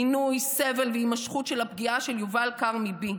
עינוי, סבל והימשכות של הפגיעה של יובל כרמי בי.